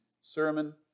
sermon